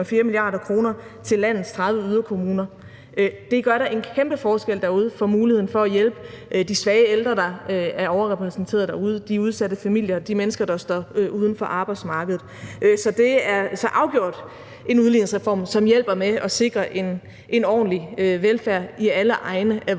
til landets 30 yderkommuner. Det gør da en kæmpe forskel derude for muligheden for at hjælpe de svage ældre, der er overrepræsenteret derude, de udsatte familier, de mennesker, der står uden for arbejdsmarkedet. Så det er så afgjort en udligningsreform, som hjælper med at sikre en ordentlig velfærd i alle egne af